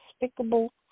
despicable